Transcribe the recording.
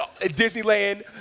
Disneyland